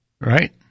right